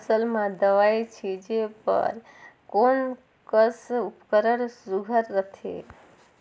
फसल म दव ई छीचे बर कोन कस उपकरण सुघ्घर रथे?